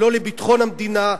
לא לביטחון המדינה,